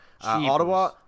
Ottawa